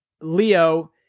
Leo